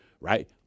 right